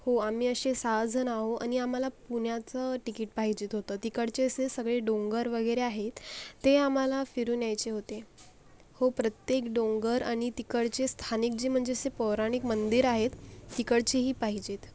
हो आम्ही असे सहाजण आहो आणि आम्हाला पुण्याचं तिकीट पाहिजेत होतं तिकडचे असे सगळे डोंगर वगैरे आहेत ते आम्हाला फिरून यायचे होते हो प्रत्येक डोंगर आणि तिकडचे स्थानिक जे म्हणजे असे पौराणिक मंदिर आहेत तिकडचीही पाहिजेत हा